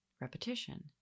Repetition